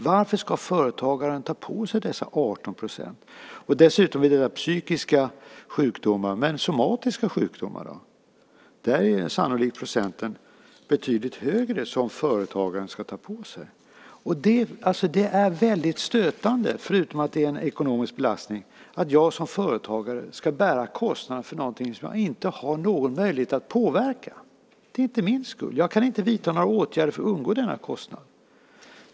Varför ska företagaren ta på sig dessa 18 %? Dessutom handlar detta om psykiska sjukdomar. Men hur är det med somatiska sjukdomar? Där är den procentsats som företagaren ska ta på sig sannolikt betydligt högre. Det är väldigt stötande, förutom att det är en ekonomisk belastning, att jag som företagare ska bära kostnaden för någonting som jag inte har någon möjlighet att påverka. Det är inte mitt fel. Jag kan inte vidta några åtgärder för att undgå denna kostnad.